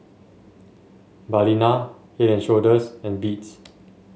Balina Head And Shoulders and Beats